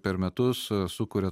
per metus sukuria